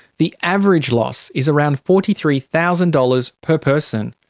the average loss is around forty three thousand dollars per person.